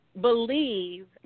believe